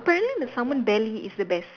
apparently the salmon belly is the best